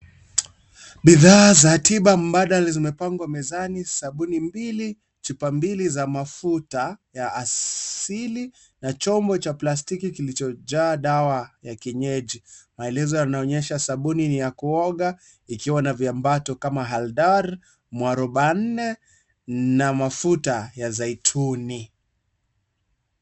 Bidhaa za tiba mbadal zimepangwa mezani sabuni mbili, chupa mbili za mafuta, ya asili, na chombo cha plastiki kilicho jaa dawa, ya kienyeji, maelezo yanaonyesha sabuni ni ya kuoga, ikiwa na viambato kama, haldar , mwarobanne, na mafuta ya zaituni.